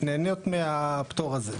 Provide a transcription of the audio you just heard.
נהנות מהפטור הזה.